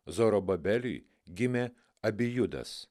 zorobabeliui gimė abijudas